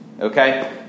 okay